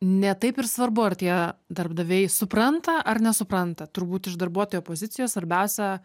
ne taip ir svarbu ar tie darbdaviai supranta ar nesupranta turbūt iš darbuotojo pozicijos svarbiausia